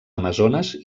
amazones